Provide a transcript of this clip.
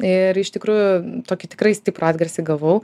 ir iš tikrųjų tokį tikrai stiprų atgarsį gavau